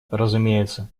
разумеется